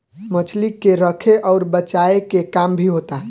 मछली के रखे अउर बचाए के काम भी होता